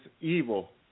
evil